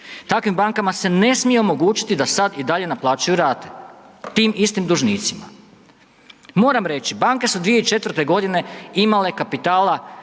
Takvim bankama se ne smije omogućiti da sad i dalje naplaćuju rate tim istim dužnicima. Moram reći, banke su 2004. g. imale kapitala